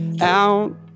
out